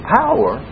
power